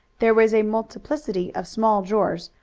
there was a multiplicity of small drawers,